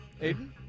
Aiden